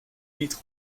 vite